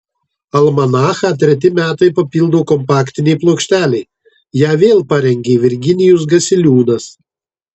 almanachą treti metai papildo kompaktinė plokštelė ją vėl parengė virginijus gasiliūnas